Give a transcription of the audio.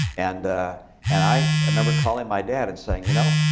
and and i remember calling my dad and saying, you know?